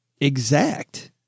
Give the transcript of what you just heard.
exact